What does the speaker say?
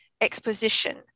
exposition